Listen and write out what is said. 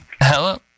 Hello